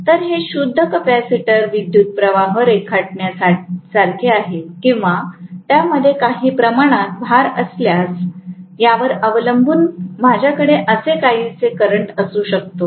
तर हे शुद्ध कॅपेसिटर विद्युतप्रवाह रेखाटण्यासारखे आहे किंवा त्यामध्ये काही प्रमाणात भार असल्यास यावर अवलंबून माझ्याकडे असे काहीसे करंट असू शकतो